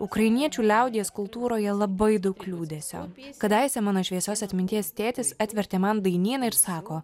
ukrainiečių liaudies kultūroje labai daug liūdesio kadaise mano šviesios atminties tėtis atvertė man dainyną ir sako